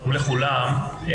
שלום לכולם.